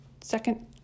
second